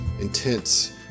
Intense